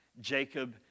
Jacob